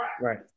right